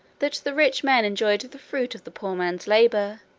that the rich man enjoyed the fruit of the poor man's labour,